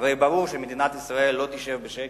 הרי ברור שמדינת ישראל לא תשב בשקט,